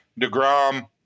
DeGrom